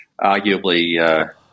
arguably